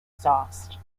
exhaust